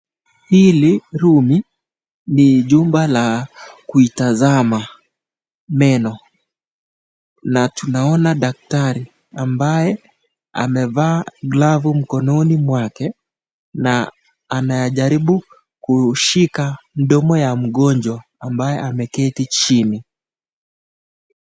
Hili rumu ni nyumba ya kuitazama meno, na tunaona daktari ambaye amevaa glavu kwa mkononi mwake na anajaribu kushika mdomo ya mgonjwa ambaye ameketi chini.